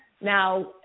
Now